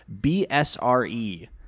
BSRE